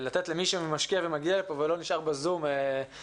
לתת למי שמשקיע ומגיע לפה ולא נשאר בזום לדבר.